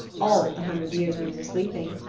all but the hundred years when you were sleeping.